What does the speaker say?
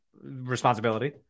responsibility